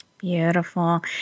Beautiful